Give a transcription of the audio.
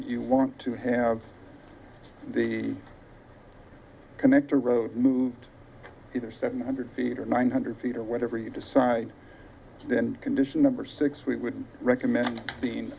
you want to have the connector road move either seven hundred feet or nine hundred feet or whatever you decide then condition number six we would recommend being